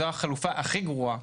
זו החלופה הכי גרועה.